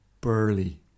burly